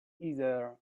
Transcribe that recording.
either